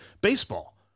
baseball